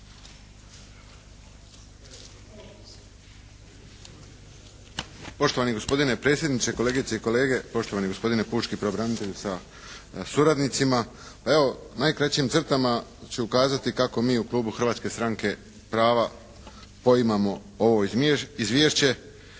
Poštovani gospodine predsjedniče, kolegice i kolege, poštovani gospodine pučki pravobranitelju sa suradnicima. Pa evo, u najkraćim crtama ću kazati kako mi u klubu Hrvatske stranke prava poimamo ovo Izvješće.